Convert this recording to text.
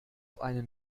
einen